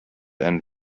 and